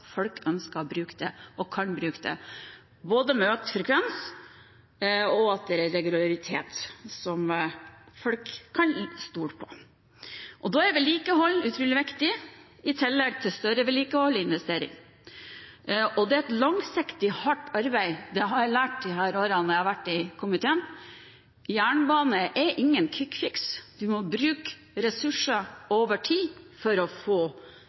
folk ønsker og kan bruke det, med både økt frekvens og en regularitet som folk kan stole på. Da er vedlikehold utrolig viktig, i tillegg til større vedlikehold og investeringer. Dette er et langsiktig og hardt arbeid – det har jeg lært i løpet av de årene jeg har sittet i komiteen. Jernbane er ingen «quick fix». En må bruke ressurser over tid for å få